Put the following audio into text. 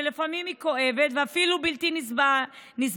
שלפעמים היא כואבת ואפילו בלתי נסבלת.